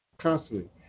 constantly